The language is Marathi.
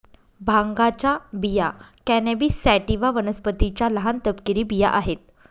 भांगाच्या बिया कॅनॅबिस सॅटिवा वनस्पतीच्या लहान, तपकिरी बिया आहेत